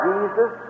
Jesus